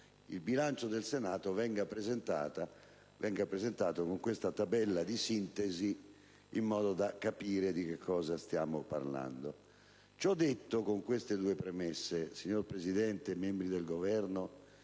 il bilancio del Senato venga presentato con questa tabella di sintesi in modo da capire di che cosa stiamo parlando. Ciò detto con queste due premesse, signora Presidente, cari colleghi